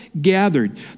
gathered